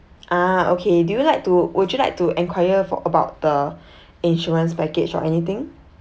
ah okay do you like to would you like to enquire for about the insurance package or anything